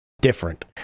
different